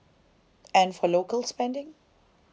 and for local spending